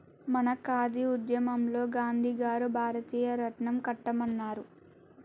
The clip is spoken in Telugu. మన ఖాదీ ఉద్యమంలో గాంధీ గారు భారతీయ రాట్నం కట్టమన్నారు